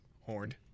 Horned